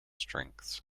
strengths